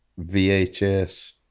VHS –